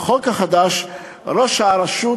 בחוק החדש ראש הרשות,